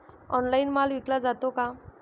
Online माल विकला जातो का?